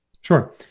Sure